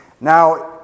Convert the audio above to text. Now